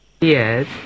Yes